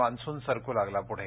Manson सरक लागला पुढे